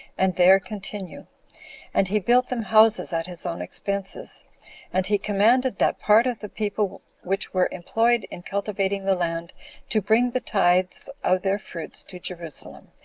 and there continue and he built them houses at his own expenses and he commanded that part of the people which were employed in cultivating the land to bring the tithes of their fruits to jerusalem,